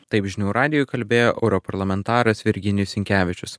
taip žinių radijui kalbėjo europarlamentaras virginijus sinkevičius